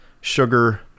sugar